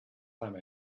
time